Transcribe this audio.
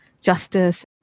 justice